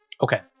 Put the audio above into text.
Okay